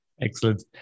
Excellent